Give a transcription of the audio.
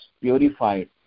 purified